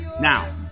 Now